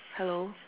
hello